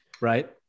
right